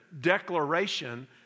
declaration